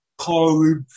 college